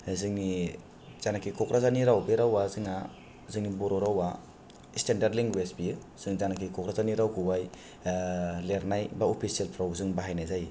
जोंनि जानाखि क'क्राझारनि राव बे रावआ जोंना जोंनि बर' रावआ स्तेनदार लेंगुएस बेयो जों जानाखि क'क्राझारनि रावखौहाय लेरनाय बा अफिसियेलफ्राव जों बाहायनाय जायो